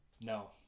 No